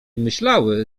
myślały